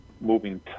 moving